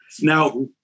Now